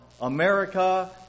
America